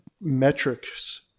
metrics